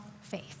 faith